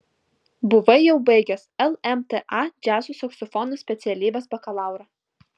buvai jau baigęs lmta džiazo saksofono specialybės bakalaurą